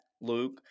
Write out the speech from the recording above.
Luke